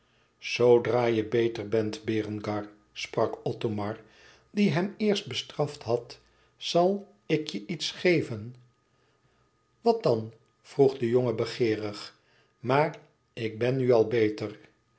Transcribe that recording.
zoodra je beter bent berengar sprak othomar die hem eerst bestraft had zal ik je iets geven wat dan vroeg de jongen begeerig maar ik ben nu al beter